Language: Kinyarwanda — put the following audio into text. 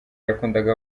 yakundaga